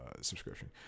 subscription